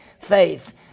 faith